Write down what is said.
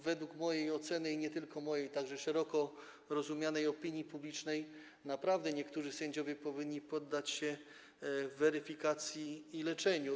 Według mojej oceny - i nie tylko mojej, także szeroko rozumianej opinii publicznej - naprawdę niektórzy sędziowie powinni poddać się weryfikacji i leczeniu.